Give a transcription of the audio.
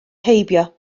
heibio